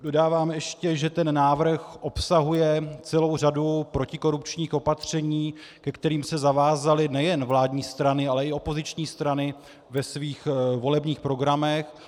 Dodávám ještě, že návrh obsahuje celou řadu protikorupčních opatření, ke kterým se zavázaly nejen vládní strany, ale i opoziční strany ve svých volebních programech.